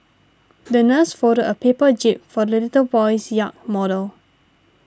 the nurse folded a paper jib for the little boy's yacht model